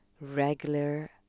regular